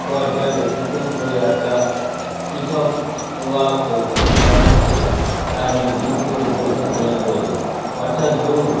পর্যায় অতিক্রম করে একটা কৃষক বা পোলট্রি ফার্মারকে তার নির্দিষ্ট উদ্দেশ্যে গেন করে অর্থাৎ ধরুন